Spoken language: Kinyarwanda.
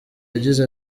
yagize